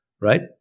right